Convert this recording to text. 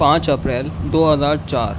پانچ اپریل دو ہزار چار